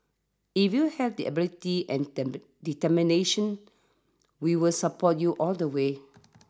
if you have the ability and determination we will support you all the way